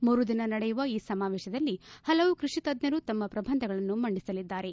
ಮೂರುದಿನ ನಡೆಯುವ ಈ ಸಮಾವೇಶದಲ್ಲಿ ಪಲವು ಕೃಷಿ ತಜ್ಜರು ತಮ್ಮ ಪ್ರಬಂಧಗಳನ್ನು ಮಂಡಿಸಲಿದ್ದಾರೆ